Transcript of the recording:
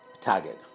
target